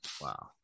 Wow